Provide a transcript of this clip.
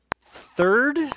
third